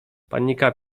panika